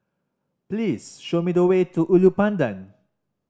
please show me the way to Ulu Pandan